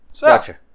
Gotcha